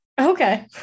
Okay